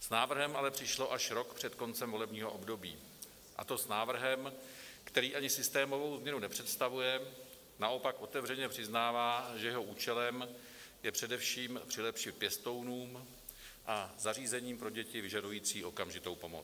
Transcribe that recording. S návrhem ale přišlo až rok před koncem volebního období, a to s návrhem, který ani systémovou změnu nepředstavuje, naopak otevřeně přiznává, že jeho účelem je především přilepšit pěstounům a zařízením pro děti vyžadující okamžitou pomoc.